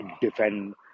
defend